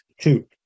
two